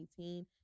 2018